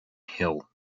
hill